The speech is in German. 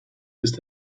ist